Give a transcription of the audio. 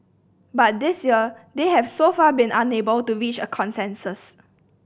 but this year they have so far been unable to reach a consensus